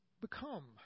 become